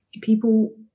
People